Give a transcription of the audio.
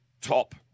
top